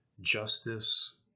justice